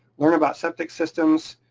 learn about septic systems,